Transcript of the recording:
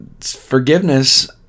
forgiveness